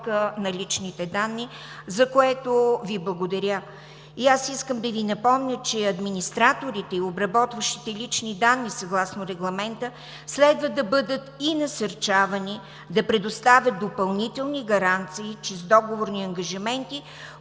на личните данни, за което Ви благодаря. Искам да Ви напомня, че администраторите и обработващите лични данни съгласно Регламента, следва да бъдат и насърчавани да предоставят допълнителни гаранции чрез договорни ангажименти,